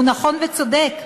והוא נכון וצודק,